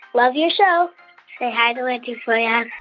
love your show say hi to reggie for yeah